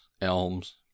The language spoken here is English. elms